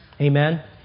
Amen